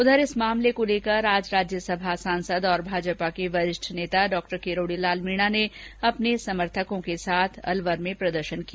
उधर इस मामले को लेकर आज राज्यसभा सांसद और भाजपा के वरिष्ठ नेता किरोड़ीलाल मीना ने अपने समर्थकों के साथ प्रदर्शन किया